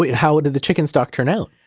how did the chicken stock turn out?